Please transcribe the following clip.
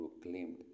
proclaimed